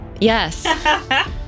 Yes